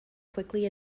quickly